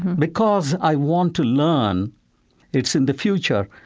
because i want to learn it's in the future,